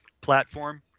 platform